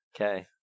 okay